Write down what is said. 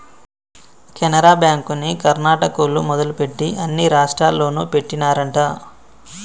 కెనరా బ్యాంకుని కర్ణాటకోల్లు మొదలుపెట్టి అన్ని రాష్టాల్లోనూ పెట్టినారంట